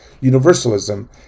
universalism